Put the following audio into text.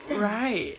right